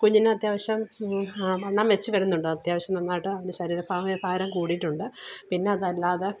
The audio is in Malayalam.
കുഞ്ഞിന് അത്യാവശ്യം വണ്ണം വച്ച് വരുന്നുണ്ട് അത്യാവശ്യം നന്നായിട്ട് അവന് ശരീരഭാഗം ഭാരം കൂടിയിട്ടുണ്ട് പിന്നെ അതല്ലാതെ